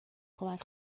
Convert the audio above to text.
کمک